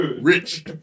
Rich